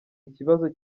ikibazo